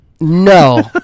No